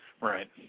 Right